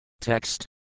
Text